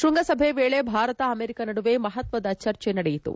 ಶ್ಪಂಗಸಭೆಯ ವೇಳೆ ಭಾರತ ಅಮೆರಿಕ ನಡುವೆ ಮಹತ್ವದ ಚರ್ಚೆ ನಡೆಯಿತು